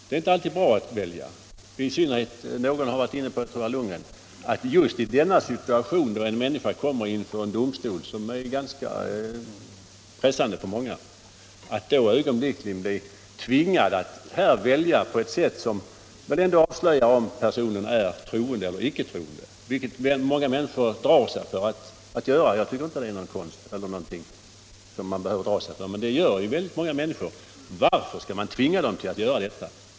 Det är inte alltid bra att välja, i synnerhet inte i denna situation — jag tror att herr Lundgren var inne på det —- när en människa kommer inför domstol. Det är ganska pressande för många, och då skall denna person ögonblickligen bli tvingad att välja på ett sätt som väl ändå avslöjar om han är troende eller icke troende, vilket många människor drar sig för att göra. Jag tycker inte det är någonting som man behöver dra sig för, men det gör som sagt väldigt många människor. Varför tvinga dem att göra på det här sättet?